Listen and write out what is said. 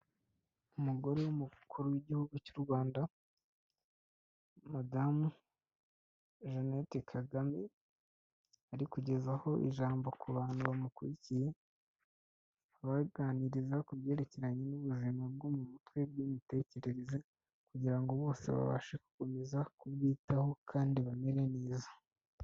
Umugore w'umukuru w'igihugu cy'u Rwanda, madamu Jeannette Kagame, ari kugezaho ijambo ku bantu bamukurikiye, abaganiriza ku byerekeranye n'ubuzima bwo mu mutwe bw'imitekerereze kugira ngo bose babashe gukomeza kubwitaho kandi bamere neza.